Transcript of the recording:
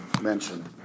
mention